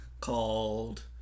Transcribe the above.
called